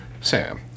Sam